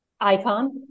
icon